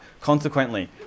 Consequently